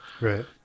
Right